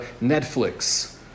Netflix